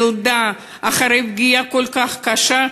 ילדה אחרי פגיעה כל כך קשה,